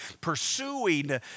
pursuing